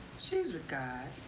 she's with god.